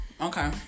Okay